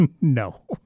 No